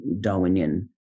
Darwinian